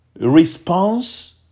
response